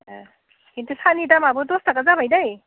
ए खिन्थु साहानि दामआबो दस थाखा जाबाय दै